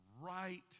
right